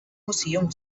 museum